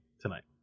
tonight